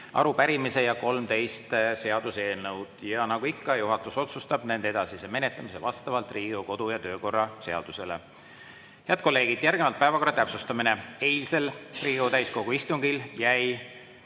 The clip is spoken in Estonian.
arupärimise ja 13 eelnõu. Nagu ikka, juhatus otsustab nende edasise menetlemise vastavalt Riigikogu kodu‑ ja töökorra seadusele. Head kolleegid, järgnevalt päevakorra täpsustamine. Eilsel Riigikogu täiskogu istungil jäi